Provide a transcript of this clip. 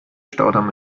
staudamm